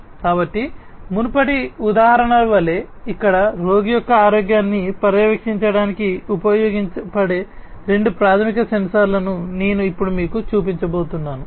కాబట్టి మునుపటి ఉదాహరణ వలె ఇక్కడ రోగి యొక్క ఆరోగ్యాన్ని పర్యవేక్షించడానికి ఉపయోగపడే రెండు ప్రాథమిక సెన్సార్లను నేను ఇప్పుడు మీకు చూపించబోతున్నాను